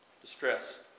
distress